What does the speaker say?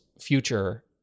future